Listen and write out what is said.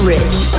Rich